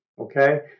okay